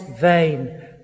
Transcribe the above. vain